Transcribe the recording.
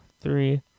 three